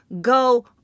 go